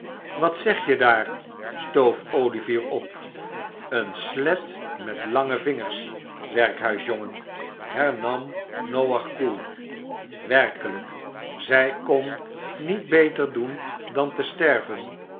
wat zeg je daar stoof olivier op eene slet met lange vingers werkhuisjongen hernam noach koel werkelijk zij kon niet beter doen dan te sterven